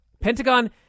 Pentagon